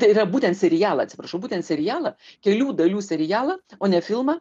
tai yra būtent serialą atsiprašau būtent serialą kelių dalių serialą o ne filmą